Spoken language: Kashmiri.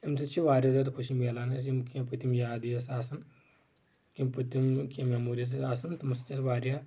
امہِ سۭتۍ چھِ واریاہ زیادٕ خوشی مِلان از یِم پٔتِم یادٕ آس آسان یِم پٔتِم کینٛہہ میموریٖز آسان تٔمو سۭتۍ اوس واریاہ